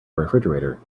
refrigerator